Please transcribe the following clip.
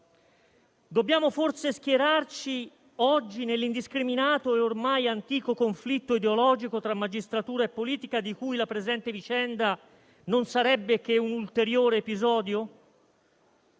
Dobbiamo forse schierarci oggi nell'indiscriminato e ormai antico conflitto ideologico tra magistratura e politica, di cui la presente vicenda non sarebbe che un ulteriore episodio?